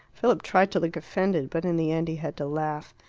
philip tried to look offended, but in the end he had to laugh.